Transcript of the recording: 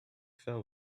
fell